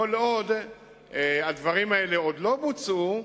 כל עוד הדברים האלה עוד לא נעשו,